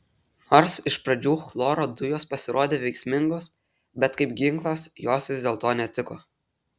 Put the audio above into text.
nors iš pradžių chloro dujos pasirodė veiksmingos bet kaip ginklas jos vis dėlto netiko